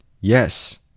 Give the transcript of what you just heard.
yes